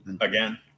Again